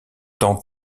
temps